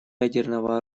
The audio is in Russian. ядерного